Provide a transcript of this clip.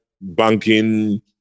banking